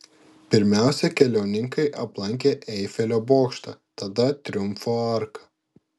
pirmiausia keliauninkai aplankė eifelio bokštą tada triumfo arką